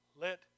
Let